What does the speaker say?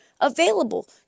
available